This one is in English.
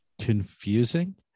confusing